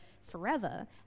forever